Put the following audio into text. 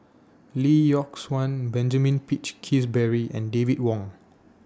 Lee Yock Suan Benjamin Peach Keasberry and David Wong